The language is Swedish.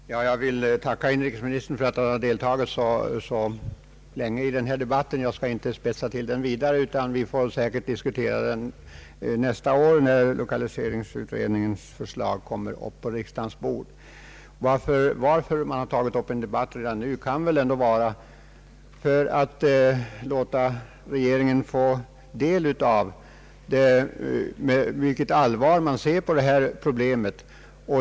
Herr talman! Jag vill tacka inrikesministern för att han deltagit så länge i denna debatt. Jag skall inte spetsa till den ytterligare, utan vi får säkert tillfälle att diskutera denna fråga nästa år, när lokaliseringsutredningens förslag ligger på riksdagens bord. Orsaken till att vi tagit upp en debatt redan nu kan väl ändå vara att man velat låta regeringen få del av hur allvarligt man ser på detta problem.